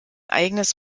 eigenes